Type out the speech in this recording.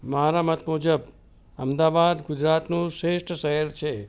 મારા મત મુજબ અમદાવાદ ગુજરાતનું શ્રેષ્ઠ શહેર છે